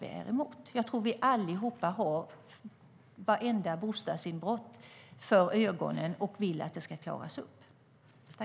Vi har nog alla vartenda bostadsinbrott för ögonen och vill att de ska klaras upp.